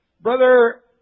Brother